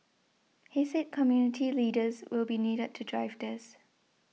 he said community leaders will be needed to drive this